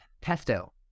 Pesto